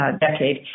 decade